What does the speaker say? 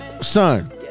Son